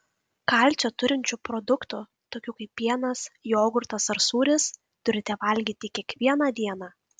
kalcio turinčių produktų tokių kaip pienas jogurtas ar sūris turite valgyti kiekvieną dieną